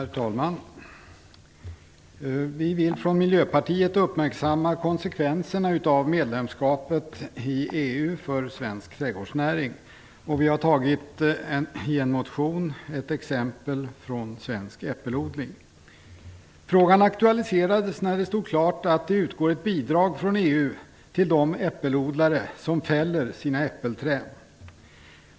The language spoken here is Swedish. Herr talman! Vi vill från Miljöpartiet uppmärksamma konsekvenserna av EU-medlemskapet för svensk trädgårdsnäring. Vi har i en motion tagit svensk äppelodling som exempel. Frågan aktualiserades när det stod klart att det utgår bidrag från EU till de äppelodlare som fäller sina äppelträd.